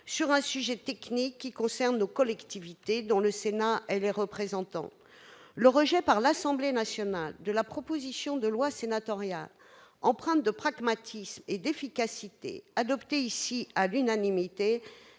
sur un sujet technique qui concerne nos collectivités, dont le Sénat est le représentant. Le rejet par l'Assemblée nationale de la proposition de loi sénatoriale empreinte de pragmatisme et d'efficacité, adoptée ici à l'unanimité,